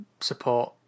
support